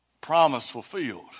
promise-fulfilled